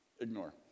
ignore